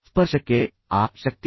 ಸ್ಪರ್ಶಕ್ಕೆ ಆ ಶಕ್ತಿ ಇದೆ